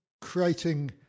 creating